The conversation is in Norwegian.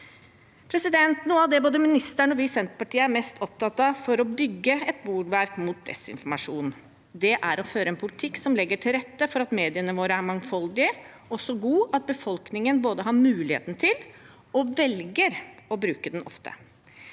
godt. Noe av det både ministeren og vi i Senterpartiet er mest opptatt av for å bygge et bolverk mot desinformasjon, er å føre en politikk som legger til rette for at mediene våre er mangfoldige, og at de er så gode at befolkningen både har muligheten til og også velger å bruke dem ofte.